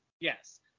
Yes